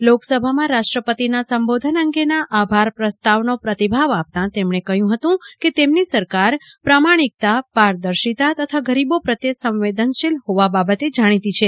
ગઈકાલે લોકસભામાં રાષ્ટ્રપતિના સંબોધન અંગેના આભાર પ્રસ્તાવનો પ્રતિભાવ આપતા તેમણે કહ્યું હતું કેતેમની સરકાર પ્રામાણીકતા પારદર્શિતા તથા ગરીબો પ્રત્યે સંવેદનશીલ હોવા બાબતે જાણીતી છે